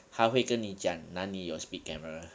它会跟你讲哪里有 speed camera